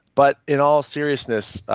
but in all seriousness,